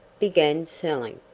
began selling,